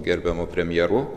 gerbiamu premjeru